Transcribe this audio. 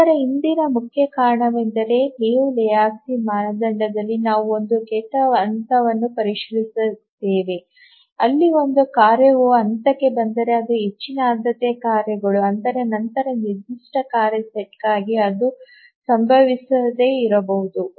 ಇದರ ಹಿಂದಿನ ಮುಖ್ಯ ಕಾರಣವೆಂದರೆ ಲಿಯು ಲೆಹೋಜ್ಕಿ ಮಾನದಂಡದಲ್ಲಿ ನಾವು ಒಂದು ಕೆಟ್ಟ ಹಂತವನ್ನು ಪರಿಶೀಲಿಸುತ್ತೇವೆ ಅಲ್ಲಿ ಒಂದು ಕಾರ್ಯವು ಹಂತಕ್ಕೆ ಬಂದರೆ ಅದು ಹೆಚ್ಚಿನ ಆದ್ಯತೆಯ ಕಾರ್ಯಗಳು ಆದರೆ ನಂತರ ನಿರ್ದಿಷ್ಟ ಕಾರ್ಯ ಸೆಟ್ಗಾಗಿ ಅದು ಸಂಭವಿಸದೆ ಇರಬಹುದು